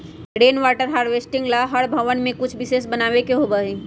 rain water harvesting ला हर भवन में कुछ विशेष बनावे के होबा हई